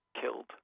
killed